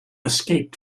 escaped